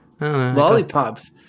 Lollipops